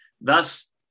thus